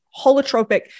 holotropic